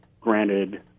granted